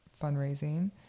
fundraising